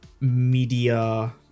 media